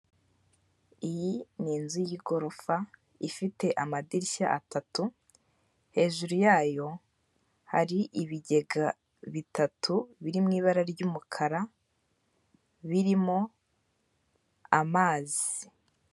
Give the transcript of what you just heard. Iyi ni inzu y'igorofa ifite amadirishya atatu, hejuru yayo hari ibigega bitatu biri mu ibara ry'umukara birimo amazi.